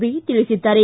B ತಿಳಿಸಿದ್ದಾರೆ